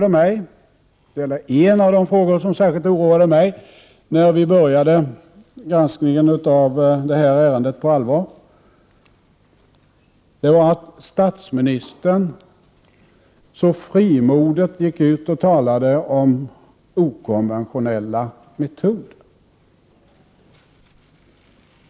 En av de frågor som särskilt oroade mig när vi på allvar började granskningen av detta ärende var att statsministern så frimodigt gick ut och talade om okonventionella metoder.